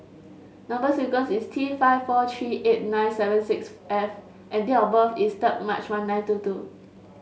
number sequence is T five four three eight nine seven six F and date of birth is third March one nine two two